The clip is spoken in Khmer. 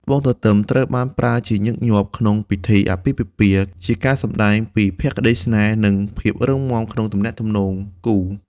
ត្បូងទទឹមត្រូវបានប្រើជាញឹកញាប់ក្នុងពិធីអាពាហ៍ពិពាហ៍ ជាការសម្ដែងពីភក្ដីស្នេហ៍ និងភាពរឹងមាំក្នុងទំនាក់ទំនងគូ។